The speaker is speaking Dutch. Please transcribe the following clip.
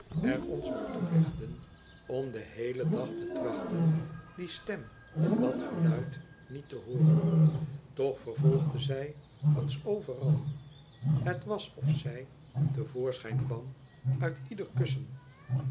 er ons op toelegden om den heelen dag te trachten die stem of dat geluid niette hooren toch vervolgde zij ons overal het was of zij te voorschijn kwam uit ieder kussen